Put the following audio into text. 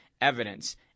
evidence